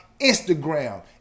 Instagram